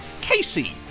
casey